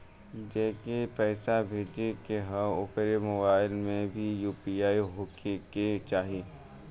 जेके पैसा भेजे के ह ओकरे मोबाइल मे भी यू.पी.आई होखे के चाही?